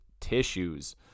tissues